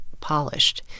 polished